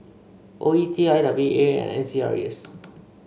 O E T I W D A and Acres